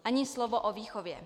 Ani slovo o výchově.